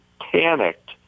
panicked